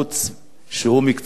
שהוא מקצוען בתחום.